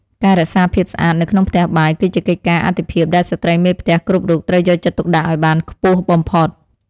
ការរក្សាភាពស្អាតនៅក្នុងផ្ទះបាយ គឺជាកិច្ចការអាទិភាពដែលស្ត្រីមេផ្ទះគ្រប់រូបត្រូវយកចិត្តទុកដាក់ឱ្យបានខ្ពស់បំផុត។